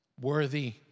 worthy